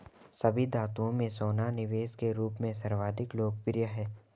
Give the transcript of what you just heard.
सभी धातुओं में सोना निवेश के रूप में सर्वाधिक लोकप्रिय है